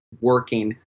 working